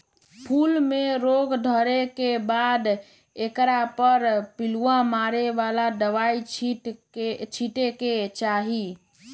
फूल में रोग धरला के बाद एकरा पर पिलुआ मारे बला दवाइ छिटे के चाही